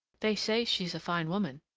they say she's a fine woman.